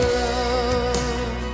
love